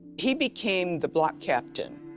he became the block captain.